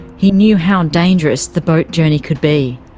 he knew how dangerous the boat journey could be.